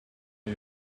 who